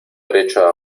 derecho